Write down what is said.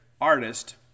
artist